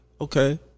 Okay